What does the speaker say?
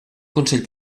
consell